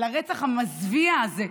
על הרצח המזוויע הזה,